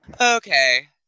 Okay